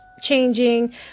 changing